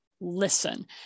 listen